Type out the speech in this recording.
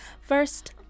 first